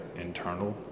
internal